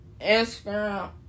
Instagram